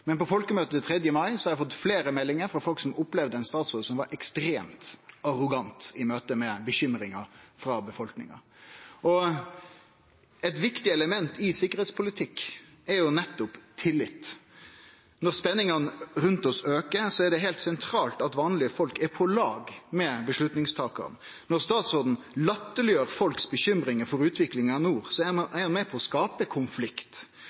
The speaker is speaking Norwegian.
Men frå folkemøtet 3. mai har eg fått fleire meldingar frå folk som opplevde ein statsråd som var ekstremt arrogant i møte med bekymringar frå befolkninga. Eit viktig element i tryggleikspolitikk er nettopp tillit. Når spenningane rundt oss aukar, er det heilt sentralt at vanlege folk er på lag med dei som tar avgjerdene. Når statsråden latterleggjer folks bekymringar for utviklinga i nord, er han med på å skape konflikt.